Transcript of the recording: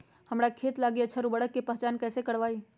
हमार खेत लागी अच्छा उर्वरक के पहचान हम कैसे करवाई?